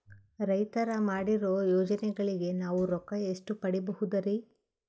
ಸರ್ಕಾರ ಮಾಡಿರೋ ಯೋಜನೆಗಳಿಗೆ ನಾವು ರೊಕ್ಕ ಎಷ್ಟು ಪಡೀಬಹುದುರಿ?